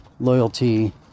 loyalty